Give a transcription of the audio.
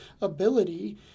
ability